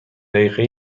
دقیقه